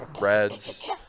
reds